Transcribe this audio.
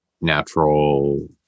natural